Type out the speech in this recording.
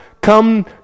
come